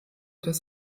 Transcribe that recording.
das